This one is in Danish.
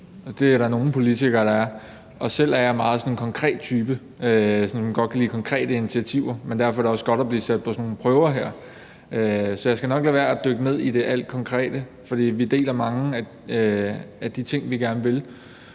Det er der nogle politikere, der er. Og selv er jeg en meget sådan konkret type, som godt kan lide konkrete initiativer. Men derfor er det også godt at blive sat på sådan nogle prøver her. Så jeg skal nok lade være med at dykke ned i alt det konkrete, for vi deler mange af de ting, vi gerne vil.